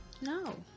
No